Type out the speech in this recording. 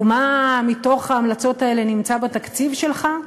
ומה מתוך ההמלצות האלה נמצא בתקציב שלך?